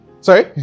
Sorry